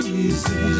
easy